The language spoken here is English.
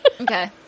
Okay